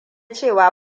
cewa